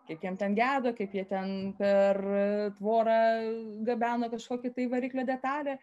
kaip jiem ten gedo kaip jie ten per tvorą gabeno kažkokią tai variklio detalė